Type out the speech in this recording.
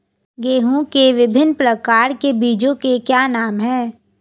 गेहूँ के विभिन्न प्रकार के बीजों के क्या नाम हैं?